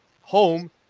home